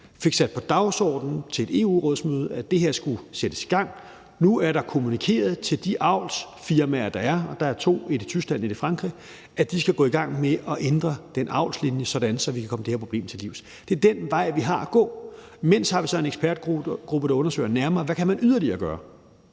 fik sat på dagsordenen på et EU-rådsmøde, at det her skulle sættes i gang. Nu er der kommunikeret til de avlsfirmaer, der er – og der er to: et i Tyskland, et i Frankrig – at de skal gå i gang med at ændre den avlslinje, sådan at vi kan komme det her problem til livs. Det er den vej, vi har at gå. Imens har vi så en ekspertgruppe, der undersøger nærmere, hvad man yderligere kan